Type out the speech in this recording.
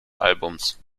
albums